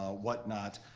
ah whatnot,